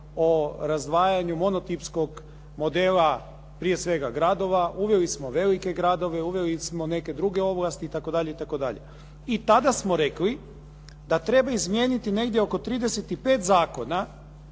o razdvajanju monotipskog modela prije svega gradova. Uveli smo velike gradove, uveli smo neke druge ovlasti itd. I tada smo rekli da treba izmijeniti negdje oko 35 zakona